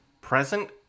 present